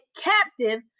captive